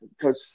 coach